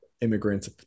immigrants